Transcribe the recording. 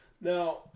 Now